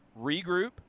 regroup